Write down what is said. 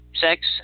sex